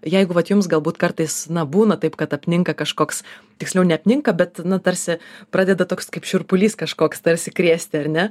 jeigu vat jums galbūt kartais na būna taip kad apninka kažkoks tiksliau neapninka bet na tarsi pradeda toks kaip šiurpulys kažkoks tarsi krėsti ar ne